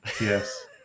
Yes